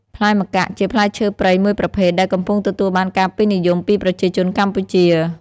ផ្លែម្កាក់ ជាផ្លែឈើព្រៃមួយប្រភេទដែលកំពុងទទួលបានការពេញនិយមពីប្រជាជនកម្ពុជា។